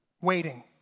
Waiting